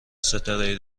ستاره